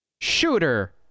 Shooter